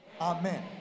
Amen